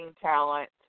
talent